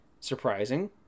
surprising